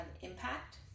impact